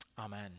Amen